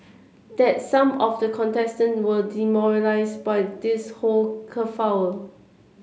that some of the contestant were demoralised by this whole kerfuffle